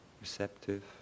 receptive